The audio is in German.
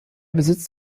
besitzt